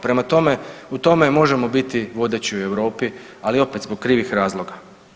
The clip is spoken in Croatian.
Prema tome u tome možemo biti vodeći u Europi, ali opet zbog krivih razloga.